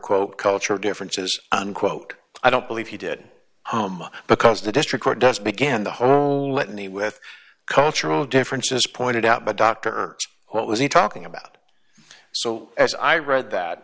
quote cultural differences unquote i don't believe he did home because the district court does begin the whole litany with cultural differences pointed out but dr what was he talking about so as i read that